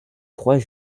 trois